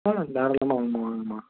ஆ தாராளமாக வாங்க வாங்கமா